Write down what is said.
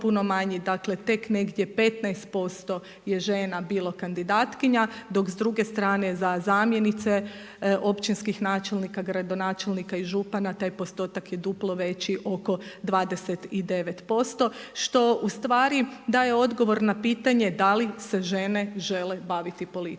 Dakle, tek negdje 15% je žena bilo kandidatkinja, dok s druge strane za zamjenice općinskih načelnika, gradonačelnika i župana taj postotak je duplo veći oko 29% što u stvari daje odgovor na pitanje da li se žene žele baviti politikom.